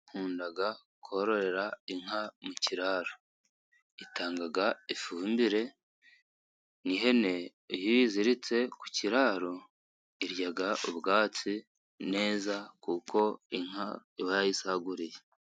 Nkunda kororera inka mu kiraro. Itanga ifumbire, n'ihene iyo iziritse ku kiraro irya ubwatsi neza kuko inka iba yayisaguriye.